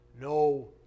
no